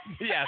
Yes